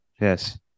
Yes